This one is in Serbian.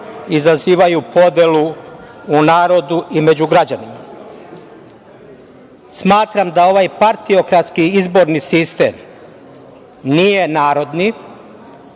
izazivaju podelu u narodu i među građanima. Smatram da ovaj partiokratski izborni sistem nije narodni.